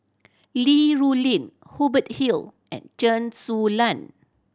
Li Rulin Hubert Hill and Chen Su Lan